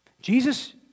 Jesus